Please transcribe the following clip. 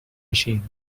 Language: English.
machine